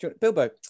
Bilbo